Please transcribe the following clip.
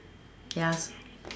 ya